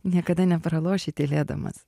niekada nepraloši tylėdamas